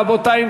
רבותי,